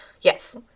Yes